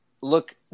look